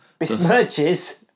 Besmirches